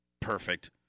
Perfect